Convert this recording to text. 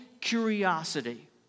curiosity